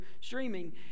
streaming